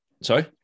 sorry